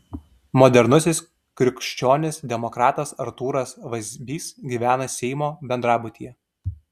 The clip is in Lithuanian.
modernusis krikščionis demokratas artūras vazbys gyvena seimo bendrabutyje